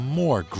more